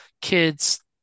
kids